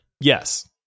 Yes